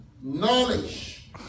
knowledge